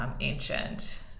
ancient